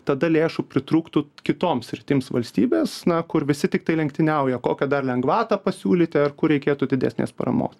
tada lėšų pritrūktų kitoms sritims valstybės na kur visi tiktai lenktyniauja kokią dar lengvatą pasiūlyti ar kur reikėtų didesnės paramos